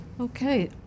okay